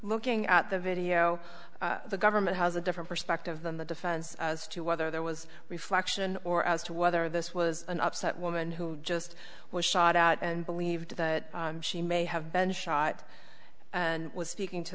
looking at the video the government has a different perspective than the defense as to whether there was a reflection or as to whether this was an upset woman who just was shot at and believed that she may have been shot and was speaking to